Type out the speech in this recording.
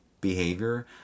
Behavior